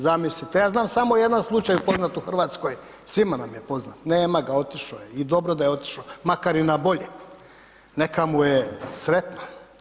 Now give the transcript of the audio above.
Zamislite, ja znam samo jedan slučaj poznat u Hrvatskoj, svima nam je poznat, nema ga, otišao je i dobro da je otišao, makar i na bolje, neka mu je sretna.